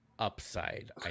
Upside